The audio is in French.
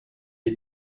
est